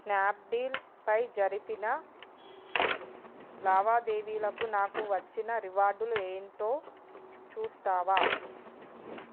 snap deal పై జరిపిన లావాదేవీలకు నాకు వచ్చిన రివార్డులు ఏంటో చూస్తావా